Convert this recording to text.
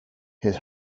his